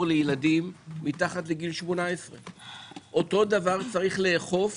לילדים מתחת לגיל 18. אותו דבר יש לאכוף